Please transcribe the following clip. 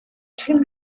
two